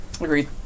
Agreed